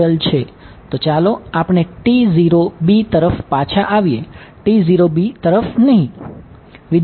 તો ચાલો આપણે તરફ પાછા આવીએ તરફ નહિ